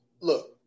look